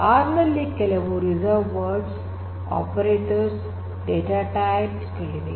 R ನಲ್ಲಿ ಕೆಲವು reserved words operators data types ಗಳಿವೆ